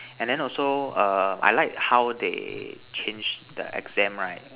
and then also err I like how they change the exam right